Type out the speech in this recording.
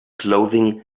clothing